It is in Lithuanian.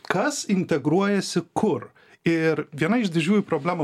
kas integruojasi kur ir viena iš didžiųjų problemų